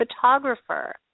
photographer